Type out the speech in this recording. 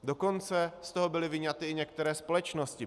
Dokonce z toho byly vyňaty i některé společnosti.